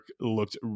looked